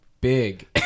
big